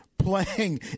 playing